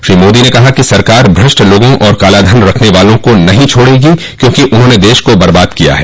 श्री मोदी ने कहा कि सरकार भ्रष्ट लोगों और कालाधन रखने वालों को नहीं छोड़ेगी क्योंकि उन्होंने देश को बबाद किया है